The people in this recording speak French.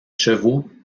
chevaux